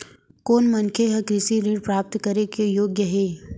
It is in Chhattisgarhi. कोन मनखे ह कृषि ऋण प्राप्त करे के योग्य हे?